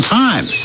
time